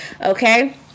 Okay